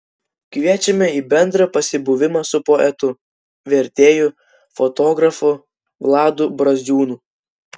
kviečiame į bendrą pasibuvimą su poetu vertėju fotografu vladu braziūnu